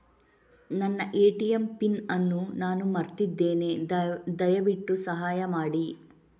ನನ್ನ ATM PIN ಅನ್ನು ನಾನು ಮರ್ತಿದ್ಧೇನೆ, ದಯವಿಟ್ಟು ಸಹಾಯ ಮಾಡಿ